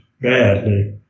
badly